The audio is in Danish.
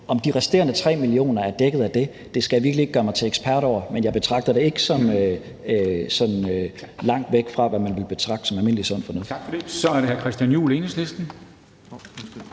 Om de resterende 3 mio. kr. er dækket af det, skal jeg virkelig ikke gøre mig til ekspert over, men jeg betragter det ikke som langt væk fra, hvad man ville betragte som almindelig sund fornuft.